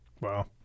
Wow